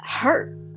hurt